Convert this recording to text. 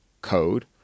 code